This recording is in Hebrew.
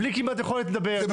כמעט בלי יכולת לדבר.